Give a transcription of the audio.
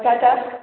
पटाटा